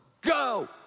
go